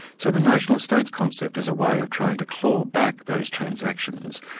so the notional estates concept is a way of trying to claw back those transactions,